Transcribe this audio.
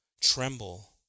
tremble